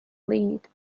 lead